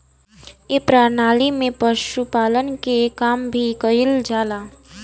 ए प्रणाली में पशुपालन के काम भी कईल जाला